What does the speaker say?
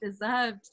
deserved